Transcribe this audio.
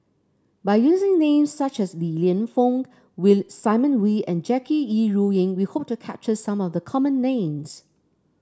by using names such as Li Lienfung Simon Wee and Jackie Yi Ru Ying we hope to capture some of the common names